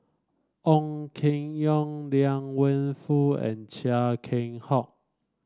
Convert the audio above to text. Ong Keng Yong Liang Wenfu and Chia Keng Hock